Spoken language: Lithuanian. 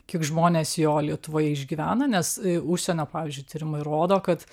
kiek žmonės jo lietuvoje išgyvena nes užsienio pavyzdžiui tyrimai rodo kad